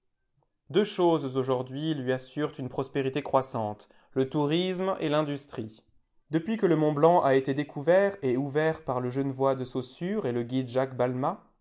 deux choses aujourd'hui lui assurent une prospérité croissante le tourisme et l'industrie depuis que le mont-blanc a été découvert et ouvert par le genevois de saussure et le guide jacques balmat